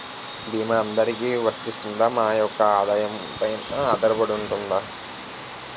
భీమా అందరికీ వరిస్తుందా? మా యెక్క ఆదాయం పెన ఆధారపడుతుందా?